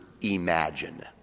imagine